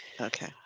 Okay